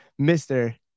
Mr